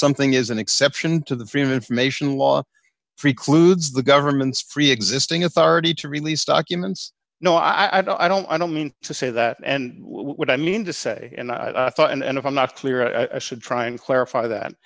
something is an exception to the dream information law precludes the government's preexisting authority to release documents no i don't i don't mean to say that and what i mean to say and i thought and if i'm not clear i should try and clarify that